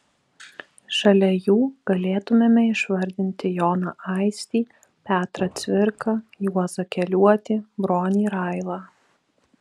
šalia jų galėtumėme išvardinti joną aistį petrą cvirką juozą keliuotį bronį railą